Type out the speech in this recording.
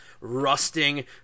rusting